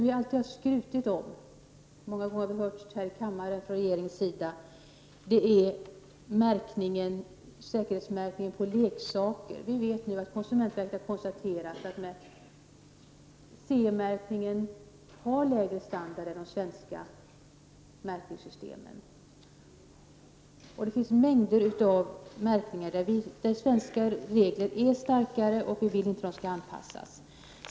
Vi har många gånger här i kammaren hört regeringen skryta om säkerhetsmärkningen på leksaker. Konsumentverket har nu konstaterat att CE-märkningen har lägre standard än de svenska märkningssystemen. Det finns mängder av märkningar där svenska regler är starkare, och vi vill inte att de skall anpassas till EG.